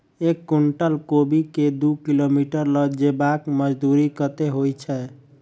एक कुनटल कोबी केँ दु किलोमीटर लऽ जेबाक मजदूरी कत्ते होइ छै?